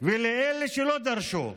ולאלה שלא דרשו,